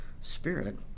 spirit